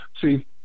See